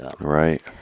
Right